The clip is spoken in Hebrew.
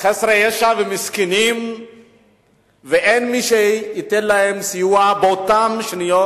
חסרי ישע ומסכנים ואין מי שייתן להם סיוע באותן שניות.